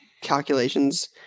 calculations